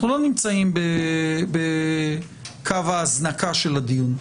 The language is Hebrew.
אנחנו לא נמצאים בקו ההזנקה של הדיון,